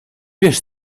wiesz